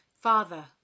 Father